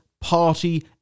Party